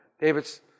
David's